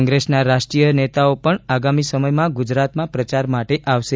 કોંગ્રેસના રાષ્ટ્રીય નેતાઓ પણ આગામી સમયમાં ગુજરાતમાં પ્રચાર માટે આવશે